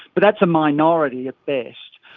but that's a minority at best.